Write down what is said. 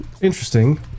interesting